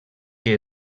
que